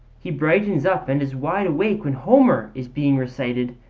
he brightens up and is wide awake when homer is being recited,